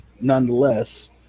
nonetheless –